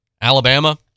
Alabama